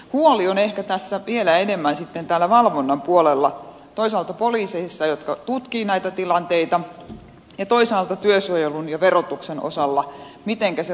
huoli on ehkä vielä enemmän sitten täällä valvonnan puolella toisaalta poliiseissa jotka tutkivat näitä tilanteita toisaalta työsuojelun ja verotuksen osalla mitenkä se valvonta toimii